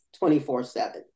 24-7